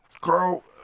Carl